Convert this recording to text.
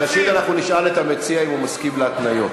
ראשית, אנחנו נשאל את המציע אם הוא מסכים להתניות.